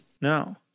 No